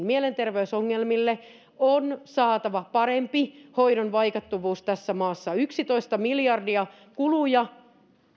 mielenterveysongelmille on saatava parempi hoidon vaikuttavuus tässä maassa yksitoista miljardia kuluja